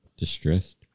Distressed